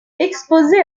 exposé